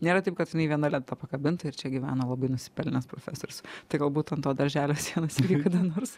nėra taip kad žinai viena lenta pakabinta ir čia gyveno labai nusipelnęs profesorius tai galbūt ant to darželio sienos kada nors